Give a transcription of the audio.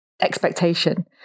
expectation